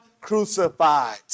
crucified